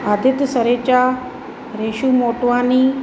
Aditya Sarecha Rishu Motwani